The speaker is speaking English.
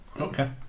Okay